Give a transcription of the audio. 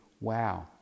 wow